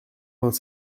vingt